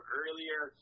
earlier